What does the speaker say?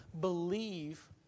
believe